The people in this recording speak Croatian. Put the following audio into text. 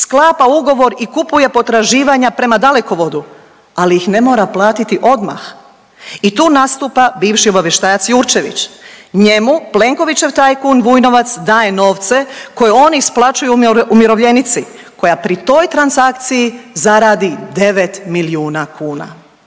sklapa ugovor i kupuje potraživanja prema Dalekovodu, ali ih ne mora platiti odmah i tu nastupa bivši obavještajac Jurčević. Njemu Plenkovićev tajkun Vujnovac daje novce koje on isplaćuje umirovljenici koja pri toj transakciji zaradi 9 milijuna kuna,